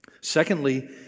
Secondly